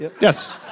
Yes